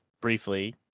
briefly